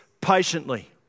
patiently